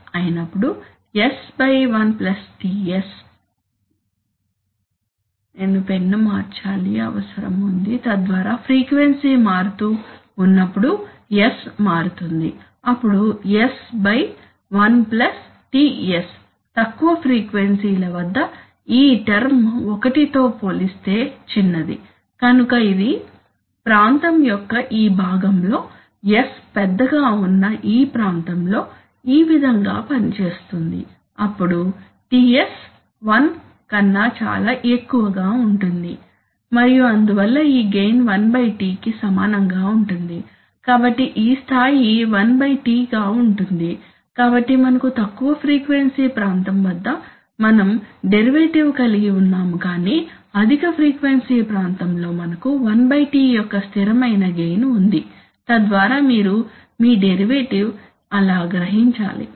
నేను పెన్ను మార్చాల్సిన అవసరం ఉంది తద్వారా ఫ్రీక్వెన్సీ మారుతూ ఉన్నప్పుడు S మారుతుంది అప్పుడు S 1 Ts తక్కువ ఫ్రీక్వెన్సీ ల వద్ద ఈ టర్మ్ 1 తో పోలిస్తే చిన్నది కనుక ఇది ప్రాంతం యొక్క ఈ భాగంలో S పెద్దగా ఉన్న ఈ ప్రాంతంలో ఈ విధంగా పనిచేస్తుంది అప్పుడు Ts 1 కన్నా చాలా ఎక్కువగా ఉంటుంది మరియు అందువల్ల ఈ గెయిన్ 1 T కి సమానంగా ఉంటుంది కాబట్టి ఈ స్థాయి 1 T గా ఉంటుంది కాబట్టి మనకు తక్కువ ఫ్రీక్వెన్సీ ప్రాంతం వద్ద మనం డెరివేటివ్ కలిగి ఉన్నాము కాని అధిక ఫ్రీక్వెన్సీ ప్రాంతంలో మనకు 1T యొక్క స్థిరమైన గెయిన్ ఉంది తద్వారా మీరు మీ డెరివేటివ్ అలా గ్రహించాలి